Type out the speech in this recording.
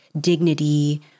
dignity